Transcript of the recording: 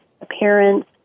appearance